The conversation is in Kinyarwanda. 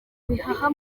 bihaha